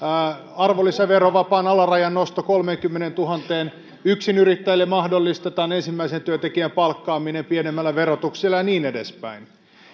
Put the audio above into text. arvonlisäverovapaan alarajan nosto kolmeenkymmeneentuhanteen yksinyrittäjille mahdollistetaan ensimmäisen työntekijän palkkaaminen pienemmällä verotuksella ja niin edespäin